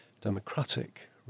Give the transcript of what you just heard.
democratic